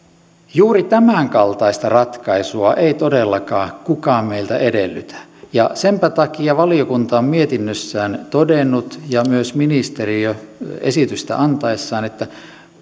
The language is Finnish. juuri tämänkaltaista ratkaisua ei todellakaan kukaan meiltä edellytä ja senpä takia valiokunta on mietinnössään todennut ja myös ministeriö esitystä antaessaan että